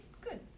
good